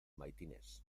maitines